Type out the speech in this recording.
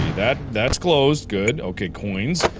that that's closed good. okay coins.